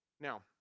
Now